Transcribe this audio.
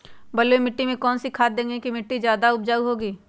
बलुई मिट्टी में कौन कौन से खाद देगें की मिट्टी ज्यादा उपजाऊ होगी?